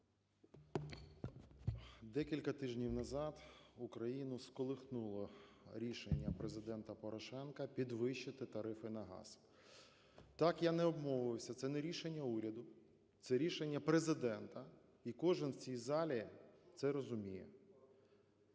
Декілька тижнів назад Україну сколихнуло рішення Президента Порошенка підвищити тарифи на газ. Так, я не обмовився, це не рішення уряду, це рішення Президента і кожен в цій залі це розуміє.